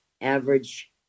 average